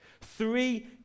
Three